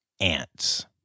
ants